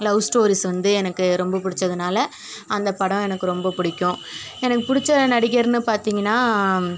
love stories வந்து எனக்கு ரொம்ப பிடிச்சதுனால அந்த படம் எனக்கு ரொம்ப பிடிக்கும் எனக்கு பிடிச்ச நடிகர்ன்னு பார்த்திங்கன்னா